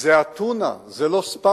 זה אתונה, זה לא ספרטה,